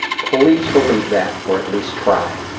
please believe that or at least try.